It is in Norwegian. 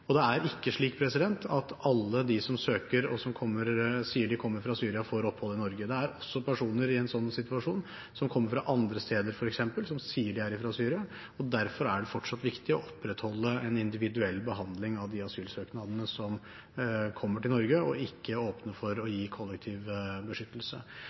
Det er ikke slik at alle de som søker og som sier de kommer fra Syria, får opphold i Norge. Det er også personer i en sånn situasjon som f.eks. kommer fra andre steder og sier de er fra Syria. Derfor er det fortsatt viktig å opprettholde en individuell behandling av de asylsøknadene som kommer til Norge, og ikke åpne for å gi kollektiv beskyttelse.